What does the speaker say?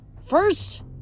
First